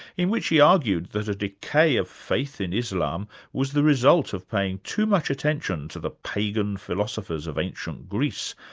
in which he argued that a decay of faith in islam was the result of paying too much attention to the pagan philosophers of ancient greece,